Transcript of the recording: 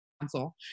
council